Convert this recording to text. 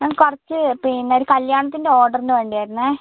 മാം കുറച്ച് പിന്നെ ഒരു കല്യാണത്തിന്റെ ഓർഡറിന് വേണ്ടിയായിരുന്നേ